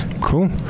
Cool